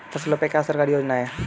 फसलों पे क्या सरकारी योजना है?